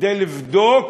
כדי לבדוק